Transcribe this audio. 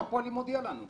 בנק הפועלים הודיע לנו.